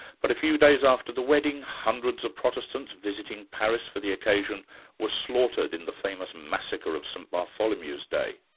but a few days after the wedding, hundreds of protestants visiting paris for the occasion were slaughtered in the famous massacre of st bartholomew's day.